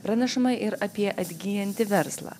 pranešama ir apie atgyjantį verslą